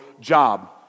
job